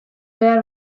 behar